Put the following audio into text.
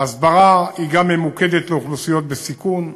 ההסברה גם ממוקדת לאוכלוסיות בסיכון,